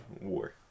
War